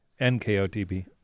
NKOTB